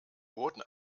wurden